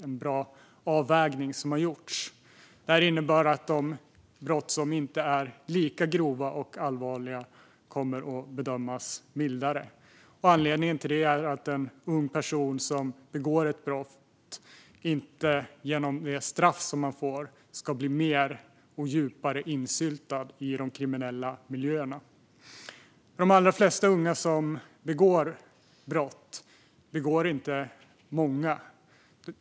Det är en bra avvägning som har gjorts. Det innebär att de brott som inte är lika grova och allvarliga kommer att bedömas mildare. Anledningen till det är att en ung person som begår ett brott inte genom straffet ska bli mer och djupare insyltad i de kriminella miljöerna. De allra flesta unga som begår brott begår inte många brott.